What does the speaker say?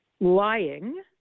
lying